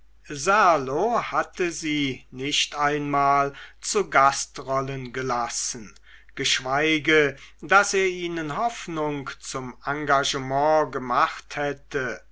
hatte sie nicht einmal zu gastrollen gelassen geschweige daß er ihnen hoffnung zum engagement gemacht hätte